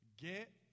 Get